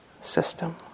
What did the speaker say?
system